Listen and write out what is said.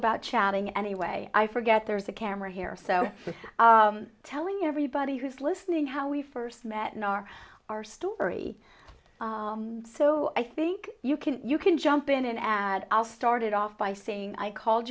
about chatting anyway i forget there's a camera here so we're telling everybody who's listening how we first met in our our story so i think you can you can jump in and add al started off by saying i called